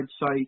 site